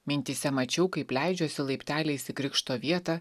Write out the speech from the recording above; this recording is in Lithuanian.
mintyse mačiau kaip leidžiuosi laipteliais į krikšto vietą